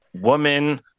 woman